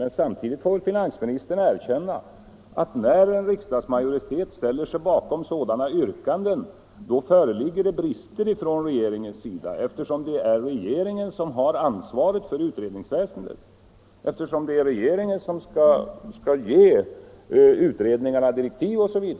Men samtidigt får väl finansministern erkänna att det — när en riksdagsmajoritet ställer sig bakom sådana yrkanden — föreligger brister hos regeringen, eftersom det är regeringen som har ansvaret för utredningsväsendet, eftersom det är regeringen som skall ge utredningarna direktiv osv.